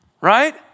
right